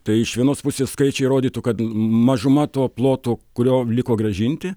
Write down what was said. tai iš vienos pusės skaičiai rodytų kad mažuma to ploto kurio liko grąžinti